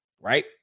Right